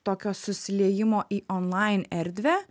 tokio susiliejimo į onlain erdvę